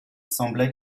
semblait